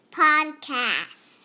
podcast